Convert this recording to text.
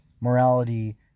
morality